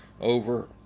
over